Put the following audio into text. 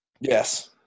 Yes